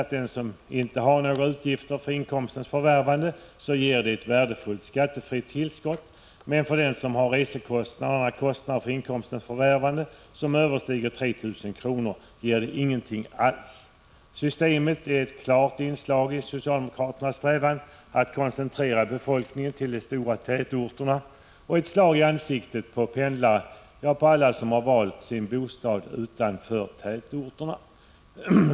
För den som inte har några utgifter för inkomstens förvärvande ger schablonavdraget ett värdefullt skattefritt tillskott, men för den som har resekostnader och andra kostnader för inkomstens förvärvande överstigande 3 000 kr. ger avdraget ingenting alls. Systemet är ett klart inslag i socialdemokraternas strävan att koncentrera befolkningen till de stora tätorterna och ett slag i ansiktet på pendlare — ja, på alla som har valt att bo utanför tätorterna.